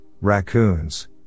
raccoons